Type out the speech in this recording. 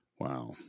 Wow